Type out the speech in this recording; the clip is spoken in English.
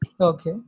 Okay